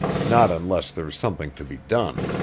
not unless there's something to be done.